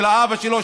של אבא שלו,